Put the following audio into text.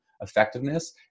effectiveness